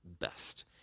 best